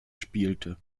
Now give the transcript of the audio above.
spielte